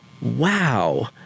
wow